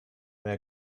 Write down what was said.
mehr